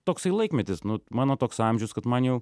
toksai laikmetis nu mano toks amžius kad man jau